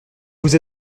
vous